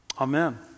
Amen